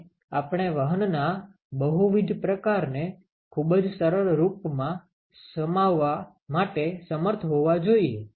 અને આપણે વહનના બહુવિધ પ્રકારને ખૂબ જ સરળ રૂપમાં સમાવવા માટે સમર્થ હોવા જોઈએ